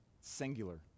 Singular